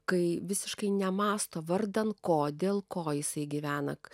kai visiškai nemąsto vardan ko dėl ko jisai gyvena